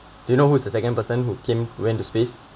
do you know who is the second person who came who went to space